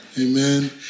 Amen